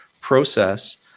process